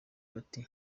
bati